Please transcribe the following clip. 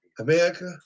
America